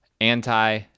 anti